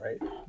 right